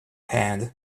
hand